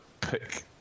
pick